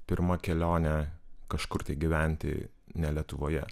pirma kelionė kažkur tai gyventi ne lietuvoje